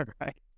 right